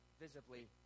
visibly